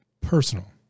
personal